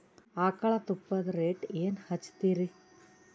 ಆಕಳ ತುಪ್ಪದ ರೇಟ್ ಏನ ಹಚ್ಚತೀರಿ?